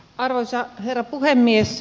arvoisa herra puhemies